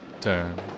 turn